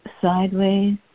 Sideways